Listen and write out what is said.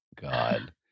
God